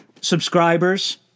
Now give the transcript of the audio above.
subscribers